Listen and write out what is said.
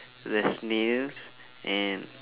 there's snails and